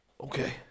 Okay